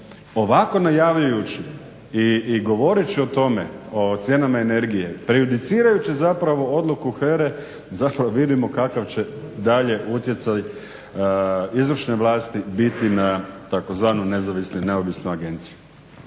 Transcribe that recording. Ovako najavljujući i govoreći o tome o cijenama energije prejudicirajući zapravo odluku HERA-e zapravo vidimo kakav će dalje utjecaj izvršne vlasti biti na tzv. nezavisnu i neovisnu agenciju.